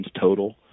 total